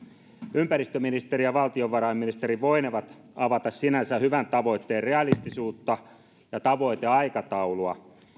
ympäristöministeri ja valtiovarainministeri voinevat avata tämän sinänsä hyvän tavoitteen realistisuutta ja tavoiteaikataulua